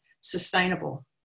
sustainable